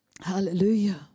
Hallelujah